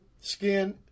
Skin